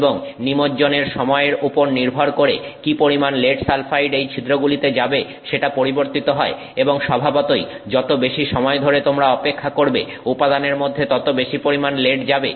এবং নিমজ্জনের সময়ের উপর নির্ভর করে কি পরিমাণ লেড সালফাইড এই ছিদ্রগুলিতে যাবে সেটা পরিবর্তিত হয় এবং স্বভাবতই যত বেশি সময় ধরে তোমরা অপেক্ষা করবে উপাদানের মধ্যে ততো বেশি পরিমাণ লেড যাবে